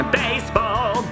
baseball